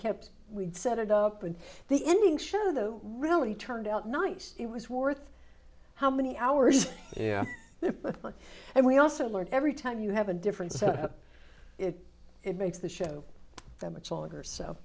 kept we set it up and the ending show though really turned out nice it was worth how many hours and we also learned every time you have a different set up it makes the show that much longer